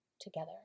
together